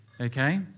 Okay